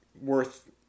worth